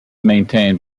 maintained